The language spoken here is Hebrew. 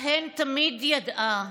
שבהן תמיד ידעה: